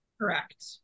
correct